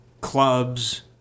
clubs